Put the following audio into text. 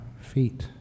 feet